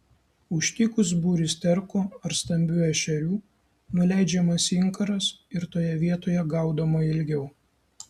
užtikus būrį sterkų ar stambių ešerių nuleidžiamas inkaras ir toje vietoje gaudoma ilgiau